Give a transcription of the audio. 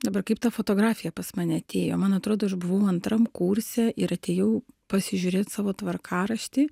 dabar kaip ta fotografija pas mane atėjo man atrodo aš buvau antram kurse ir atėjau pasižiūrėt savo tvarkaraštį